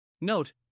Note